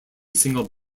single